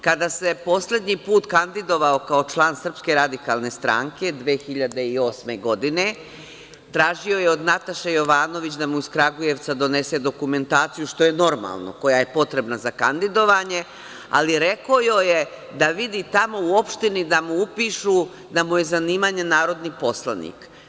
Kada se poslednji put kandidovao kao član SRS 2008. godine tražio je od Nataše Jovanović da mu iz Kragujevca donese dokumentaciju, što je normalno, koja je potrebna za kandidovanje, ali joj je rekao da vidi tamo u opštini da mu upišu, da mu je zanimanje narodni poslanik.